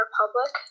Republic